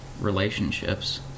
relationships